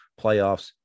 playoffs